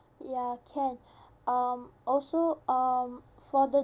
ya can um also um for the